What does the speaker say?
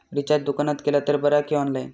Recharge दुकानात केला तर बरा की ऑनलाइन?